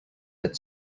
had